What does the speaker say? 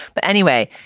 but anyway,